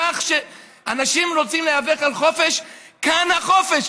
כך שאם אנשים רוצים להיאבק על חופש, כאן החופש.